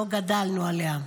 שלא גדלנו עליה.